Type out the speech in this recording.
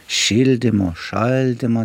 šildymo šaldymo